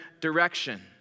direction